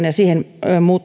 ja siihen